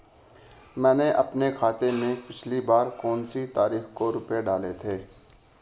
मैंने अपने खाते में पिछली बार कौनसी तारीख को रुपये डाले थे?